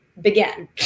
begin